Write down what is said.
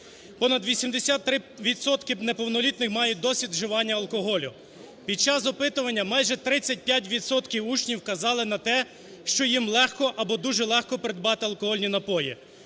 відсотки неповнолітніх має досвід вживання алкоголю. Під час опитування майже 35 відсотків учнів вказали на те, що їм легко або дуже легко придбати алкогольні напої.